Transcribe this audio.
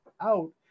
out